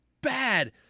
bad